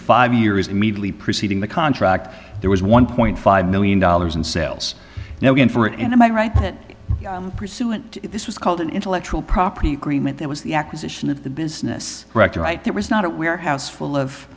five years immediately preceding the contract there was one point five million dollars in sales now going for it and am i right that pursuant to this was called an intellectual property agreement that was the acquisition of the business director right there was not a warehouse full of